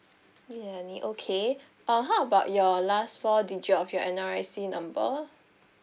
lim ah nie okay uh how about your last four digit of your N_R_I_C number